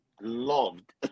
loved